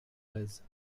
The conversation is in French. dolez